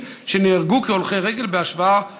שנהרגו כהולכי רגל בהשוואה ל-2016.